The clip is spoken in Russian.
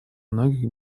многих